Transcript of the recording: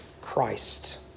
Christ